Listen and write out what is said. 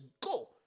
go